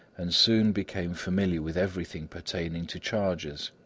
and soon became familiar with everything pertaining to chargers.